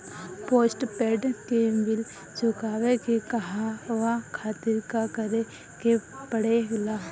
Postpaid के bill चुकावे के कहवा खातिर का करे के पड़ें ला?